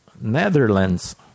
Netherlands